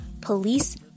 Police